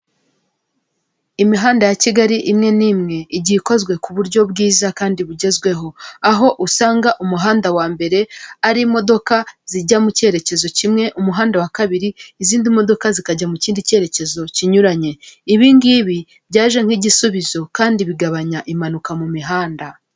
Imihanda ya Kigali imwe n'imwe igiye ikozwe ku buryo bwiza kandi bugezweho aho usanga umuhanda wa mbere ari imodoka zijya mu cyerekezo kimwe umuhanda wa kabiri izindi modoka zikajya mu kindi cyerekezo kinyuranye. Ibi ngibi byaje nk'igisubizo kandi bigabanya impanuka mu mihanda.